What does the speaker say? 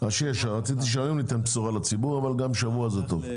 רציתי שניתן היום בשורה לציבור אבל גם שבוע זה טוב.